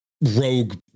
rogue